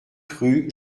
rue